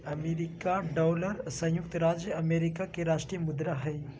America dollar संयुक्त राज्य America के राष्ट्रीय मुद्रा हइ